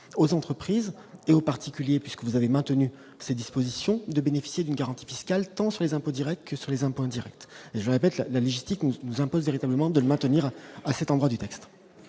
aux entreprises et aux particuliers, puisque vous avez maintenu ces dispositions de bénéficier d'une garantie fiscale tant sur les impôts Directs que sur les impôts indirects, je répète, la logistique, on nous impose véritablement de maintenir à cet endroit du texte.